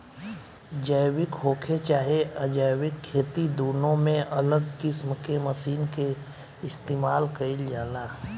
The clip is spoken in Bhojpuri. जैविक होखे चाहे अजैविक खेती दुनो में अलग किस्म के मशीन के इस्तमाल कईल जाला